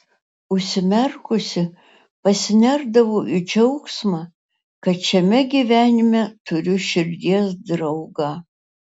užsimerkusi pasinerdavau į džiaugsmą kad šiame gyvenime turiu širdies draugą